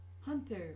Hunter